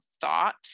thought